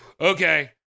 okay